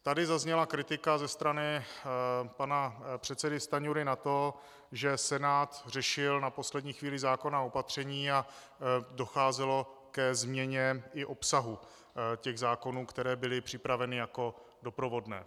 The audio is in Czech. Tady zazněla kritika ze strany pana předsedy Stanjury na to, že Senát řešil na poslední chvíli zákonná opatření a docházelo ke změně i obsahu zákonů, které byly připraveny jako doprovodné.